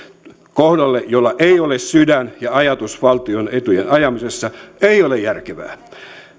kohdalle joilla ei ole sydän ja ajatus valtion etujen ajamisessa ei ole järkevää